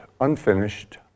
unfinished